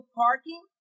parking